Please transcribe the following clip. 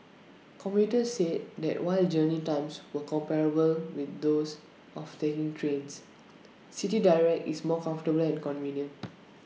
commuters said that while journey times were comparable with those of taking trains City Direct is more comfortable and convenient